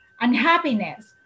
unhappiness